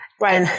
Right